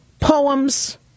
poems